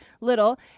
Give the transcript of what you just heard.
little